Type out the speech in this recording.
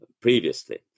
previously